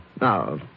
Now